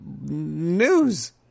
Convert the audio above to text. news